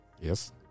Yes